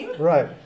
Right